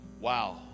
wow